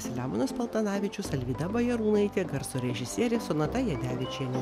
selemonas paltanavičius alvyda bajarūnaitė garso režisierė sonata jadevičienė